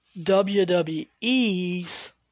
WWE's